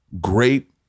Great